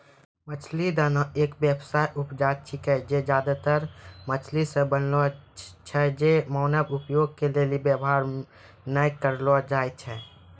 मछली दाना एक व्यावसायिक उपजा छिकै जे ज्यादातर मछली से बनलो छै जे मानव उपभोग के लेली वेवहार नै करलो जाय छै